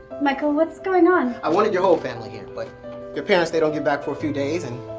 michael, what's going on? i wanted your whole family here, but your parents, they don't get back for a few days, and